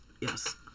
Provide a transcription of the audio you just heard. Yes